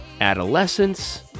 adolescence